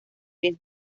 vez